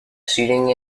seating